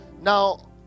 Now